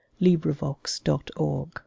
LibriVox.org